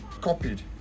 copied